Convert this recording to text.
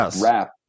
rap